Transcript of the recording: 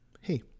hey